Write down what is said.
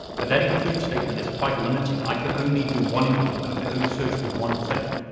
but that include statement is quite limiting. i can only do one include. i can only search for one thing.